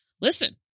Listen